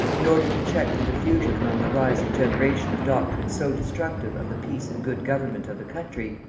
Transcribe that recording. in order to check the diffusion among the rising generation of doctrines so destructive of the peace and good government of the country,